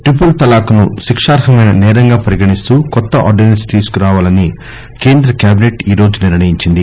triple తలాక్ను శికార్హమైన సేరంగా పరిగణిస్తూ కొత్త ఆర్థినెన్స్ తీసుకురావాలని కేంద్ర క్యాబిసెట్ ఈరోజు నిర్ణయించింది